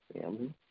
family